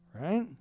right